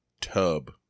tub